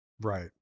Right